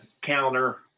counter